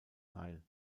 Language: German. teil